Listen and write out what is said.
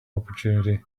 opportunity